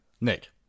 Nick